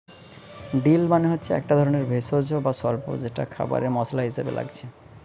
deal মানে হচ্ছে একটা ধরণের ভেষজ বা স্বল্প যেটা খাবারে মসলা হিসাবে লাগছে